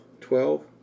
Twelve